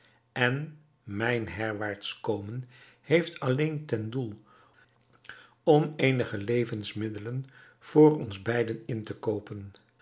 en mijn herwaarts komen heeft alleen ten doel om eenige levensmiddelen voor ons beiden in te koopen